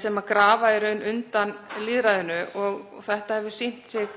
sem grafa undan lýðræðinu. Það hefur sýnt sig